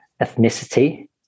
ethnicity